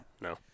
no